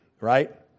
right